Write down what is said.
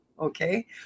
okay